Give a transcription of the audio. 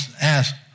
ask